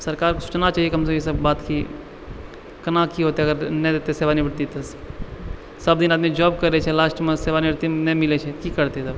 सरकारके सोचना चाही कमसँ कम ई सब बातके कोना की होतै अगर नहि देतै सेवानिवृति तऽ सबदिन आदमी जॉब करै छै लास्टमे सेवानिवृति नहि मिलै छै की करतै तब